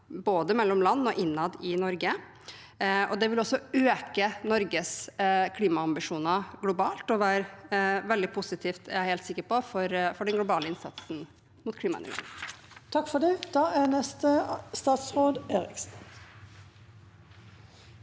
både mellom land og innad i Norge. Det vil også øke Norges klimaambisjoner globalt og være veldig positivt, er jeg helt sikker på, for den globale innsatsen mot klimaendringer. Statsråd Andreas Bjelland Eriksen